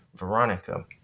Veronica